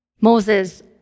Moses